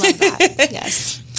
yes